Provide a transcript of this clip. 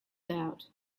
loud